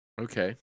Okay